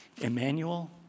Emmanuel